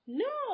no